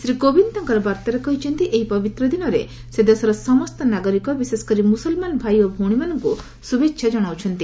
ଶ୍ରୀ କୋବିନ୍ଦ୍ ତାଙ୍କର ବାର୍ତ୍ତାରେ କହିଛନ୍ତି ଏହି ପବିତ୍ର ଦିନରେ ସେ ଦେଶର ସମସ୍ତ ନାଗରିକ ବିଶେଷକରି ମୁସଲ୍ମାନ ଭାଇ ଓ ଭଉଣୀମାନଙ୍କୁ ଶୁଭେଚ୍ଛା ଜଣାଉଛନ୍ତି